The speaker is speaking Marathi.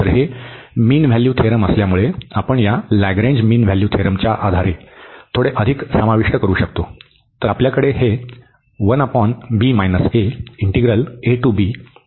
तर हे मीन व्हॅल्यू थेरम असल्यामुळे आपण या लॅगरेंज मीन व्हॅल्यू थेरमच्या आधारे थोडे अधिक समाविष्ट करू शकतो